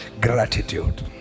Gratitude